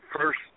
first